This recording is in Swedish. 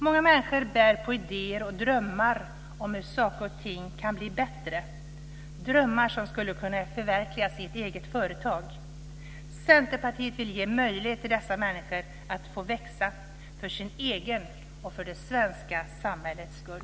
Många människor bär på idéer och drömmar om hur saker och ting kan bli bättre, drömmar som skulle kunna förverkligas i ett eget företag. Centerpartiet vill ge dessa människor möjlighet att växa, för sin egen och för det svenska samhällets skull.